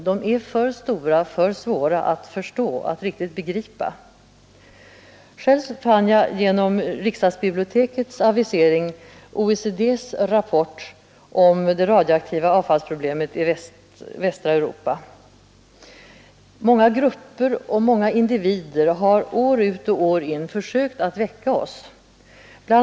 De är för stora och för svåra att riktigt begripa. Själv fann jag genom riksdagsbibliotekets anvisning OECD:s rapport om det radioaktiva avfallsproblemet i västra Europa. Många grupper och många individer har år ut och år in försökt väcka oss. Bl.